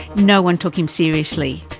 no one took him seriously.